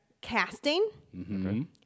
casting